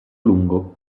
lungo